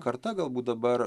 karta galbūt dabar